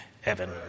heaven